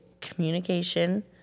communication